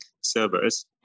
servers